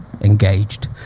engaged